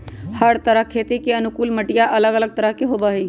हर तरह खेती के अनुकूल मटिया अलग अलग तरह के होबा हई